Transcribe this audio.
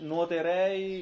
Nuoterei